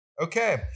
Okay